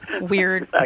Weird